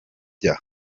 bye